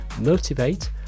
Motivate